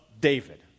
David